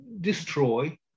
destroy